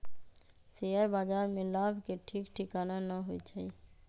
share बाजार में लाभ के ठीक ठिकाना न होइ छइ